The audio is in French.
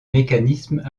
mécanismes